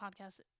podcast